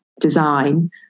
design